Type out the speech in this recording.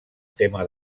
tema